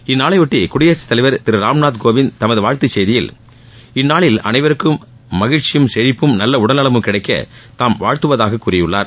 இந்நாளையொட்டி குடியரசுத் தலைவா் திரு ராம்நாத்கோவிந்த் தமது வாழ்த்துச் செய்தியில் இந்நாளில் அளைவருக்கும் மகிழ்ச்சியும் செழிப்பும் நல்ல உடல்நலமும் கிடைக்க தாம் வாழ்த்துவதாகக் கூறியுள்ளார்